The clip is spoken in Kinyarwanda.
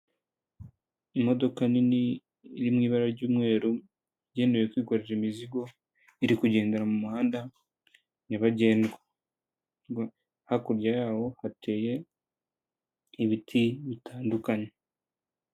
Imodoka nini iri mu ibara ry'umweru igenewe kwikorera imizigo iri kugendera mu muhanda nyabagendwa, hakurya yawo hateye ibiti bitandukanye.